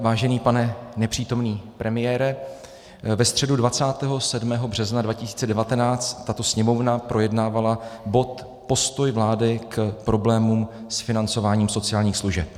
Vážený pane nepřítomný premiére, ve středu 27. března 2019 tato Sněmovna projednávala bod Postoj vlády k problémům s financováním sociálních služeb.